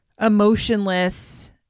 emotionless